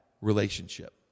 relationship